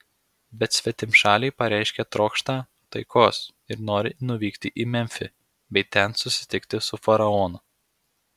bet svetimšaliai pareiškė trokštą taikos ir norį nuvykti į memfį bei ten susitikti su faraonu